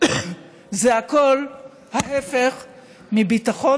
זה הכול ההפך מביטחון.